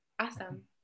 Awesome